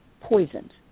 poisoned